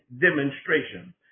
demonstration